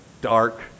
dark